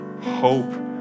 hope